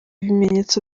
bimenyetso